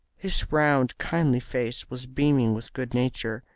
his round, kindly face was beaming with good nature,